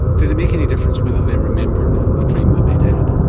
did it make any difference whether they remembered the dream that they had?